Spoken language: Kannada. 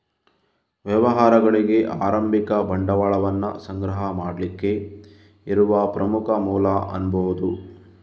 ವ್ಯವಹಾರಗಳಿಗೆ ಆರಂಭಿಕ ಬಂಡವಾಳವನ್ನ ಸಂಗ್ರಹ ಮಾಡ್ಲಿಕ್ಕೆ ಇರುವ ಪ್ರಮುಖ ಮೂಲ ಅನ್ಬಹುದು